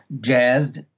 jazzed